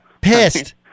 pissed